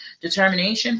determination